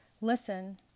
Listen